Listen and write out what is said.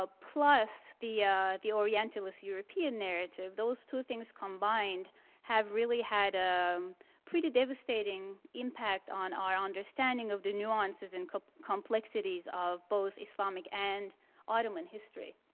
ah plus the the orientalist european narrative, those two things combined have really had a um pretty devastating impact on our understanding of the nuances and complexities of both islamic and ottoman history.